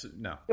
No